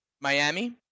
Miami